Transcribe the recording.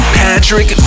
patrick